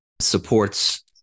Supports